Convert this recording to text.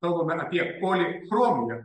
kalbame apie polichromiją